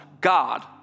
God